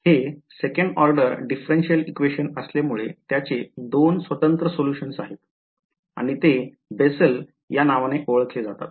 हे second order differential equation असल्यामुळे त्याचे दोन स्वतंत्र सोल्युशन आहेत आणि ते Bessel या नावाने ओळखले जातात